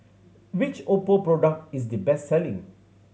which Oppo product is the best selling